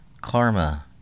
Karma